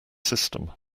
system